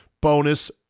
bonus